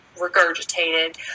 regurgitated